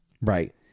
Right